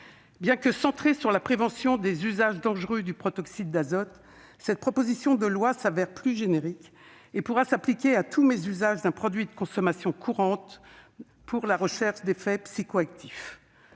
bien que centrée sur la prévention des usages dangereux du protoxyde d'azote, cette proposition de loi s'avère en fait générique et pourra s'appliquer à tout mésusage d'un produit de consommation courante pour la recherche d'effets psychoactifs.